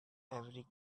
every